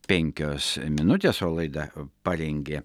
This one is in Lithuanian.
penkios minutės o laidą parengė